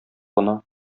гына